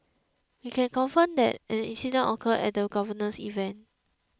we can confirm that an incident occurred at the governor's event